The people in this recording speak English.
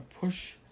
push